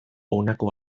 honako